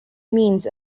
means